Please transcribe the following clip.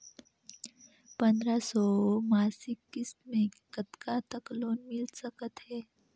पंद्रह सौ मासिक किस्त मे कतका तक लोन मिल सकत हे?